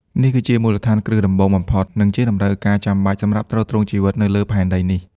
នេះគឺជាមូលដ្ឋានគ្រឹះដំបូងបំផុត និងជាតម្រូវការចាំបាច់សម្រាប់ទ្រទ្រង់ជីវិតនៅលើផែនដីនេះ។